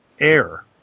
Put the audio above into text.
air